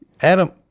Adam